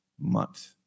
month